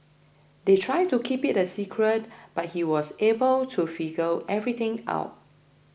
they tried to keep it a secret but he was able to figure everything out